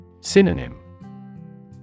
Synonym